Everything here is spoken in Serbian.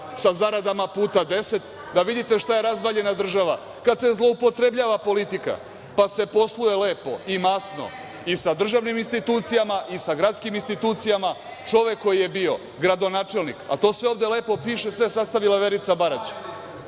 sa zaradama puta 10, da vidite šta je razvaljena država kada se zloupotrebljava politika, pa se posluje lepo i masno i sa državnim institucijama i sa gradskim institucijama, čovek koji je bio gradonačelnik. To sve ovde lepo piše, sve sastavila Verica Barać.